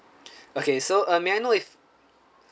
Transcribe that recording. okay so uh may I know if